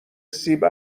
سیب